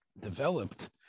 developed